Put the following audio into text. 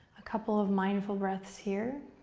a couple of mindful breaths here.